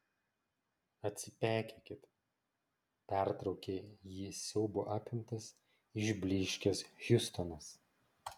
atsipeikėkit pertraukė jį siaubo apimtas išblyškęs hiustonas